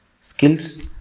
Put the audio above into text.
skills